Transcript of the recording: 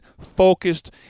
focused